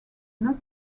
not